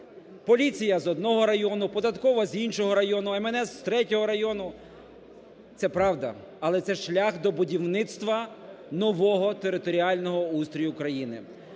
Поліція з одного району, податкова – з іншого району, МНС – з третього району. Це правда, але це шлях до будівництва нового територіального устрою країни.